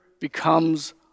becomes